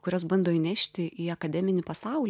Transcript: kurios bando įnešti į akademinį pasaulį